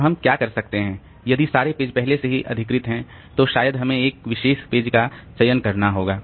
तो हम क्या कर सकते हैं यदि सारे पेज पहले से ही अधिकृत है तो शायद हमें एक विशेष पेज का चयन करना होगा